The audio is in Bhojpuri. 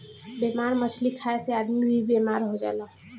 बेमार मछली खाए से आदमी भी बेमार हो जाला